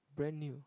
brand new